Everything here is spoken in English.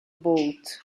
boat